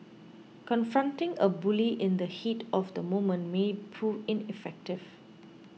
confronting a bully in the heat of the moment may prove ineffective